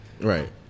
Right